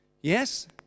Yes